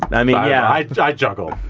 and i mean, yeah, i i juggle.